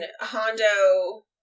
Hondo